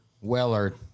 Weller